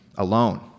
alone